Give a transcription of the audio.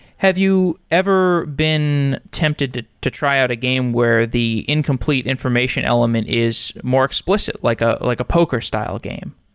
have you ever been tempted to to try out a game where the incomplete information element is more explicit, like ah like a poker style game?